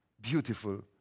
beautiful